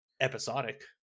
episodic